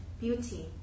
beauty